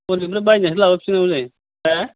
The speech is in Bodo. हजोंनो बायनायखौ लाबोफिननांगौ जायो हो